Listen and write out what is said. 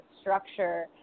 structure